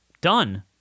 Done